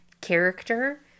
character